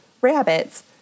rabbits